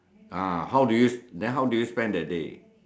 ah how do you then how do you spend that day